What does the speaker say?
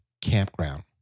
campground